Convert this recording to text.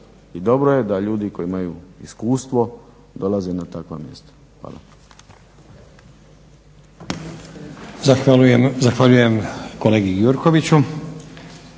i dobro je da ljudi koji imaju iskustvo dolaze na takva mjesta. Hvala.